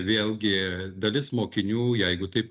vėlgi dalis mokinių jeigu taip